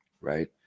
right